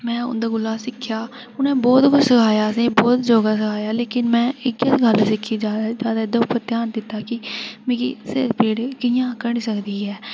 में उं'दे कोला सिक्खेआ उ'ने बहुत किश सखाया असें ई बहुत योगा सखाया लेकिन में इक्कै गल्ल सिक्खी जादै जादै एह्दे पर ध्यान दित्ता कि मिगी सिरपीड़ कि'यां घटी सकदी ऐ